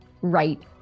right